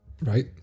Right